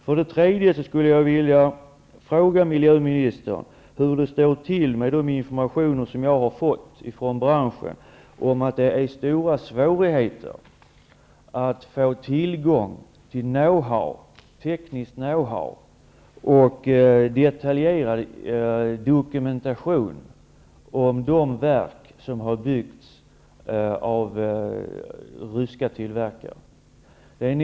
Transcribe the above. För det tredje undrar jag om de informationer stämmer som jag har fått från branschen om att det råder stora svårigheter att få tillgång till tekniskt know-how och detaljerad dokumentation om de verk som har byggts av ryska tillverkare.